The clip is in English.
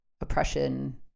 oppression